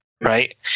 right